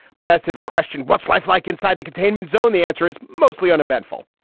but as to the question, what's life like inside the containment zone, the answer is mostly uneventful,